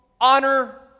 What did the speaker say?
honor